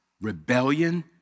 rebellion